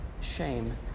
shame